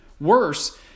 Worse